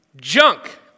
Junk